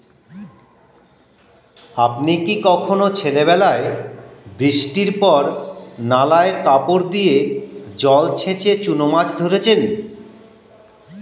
আপনি কি কখনও ছেলেবেলায় বৃষ্টির পর নালায় কাপড় দিয়ে জল ছেঁচে চুনো মাছ ধরেছেন?